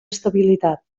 estabilitat